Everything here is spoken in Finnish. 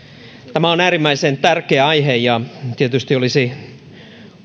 tämä on äärimmäisen tärkeä aihe ja tietysti olisi